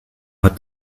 hat